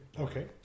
Okay